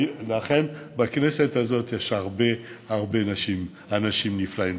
ואכן, בכנסת הזאת יש הרבה הרבה אנשים נפלאים.